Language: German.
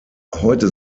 heute